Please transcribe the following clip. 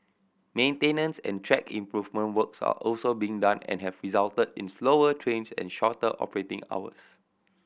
maintenance and track improvement works are also being done and have resulted in slower trains and shorter operating hours